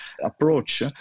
approach